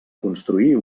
construir